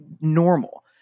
normal